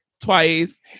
twice